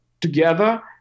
together